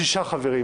חמישה חברים: